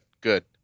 good